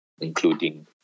including